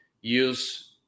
use